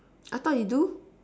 I thought you do